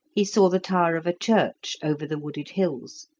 he saw the tower of a church over the wooded hills.